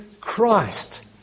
Christ